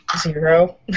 Zero